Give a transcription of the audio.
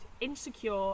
insecure